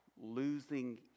losing